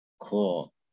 cool